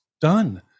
done